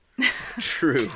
True